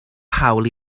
hawl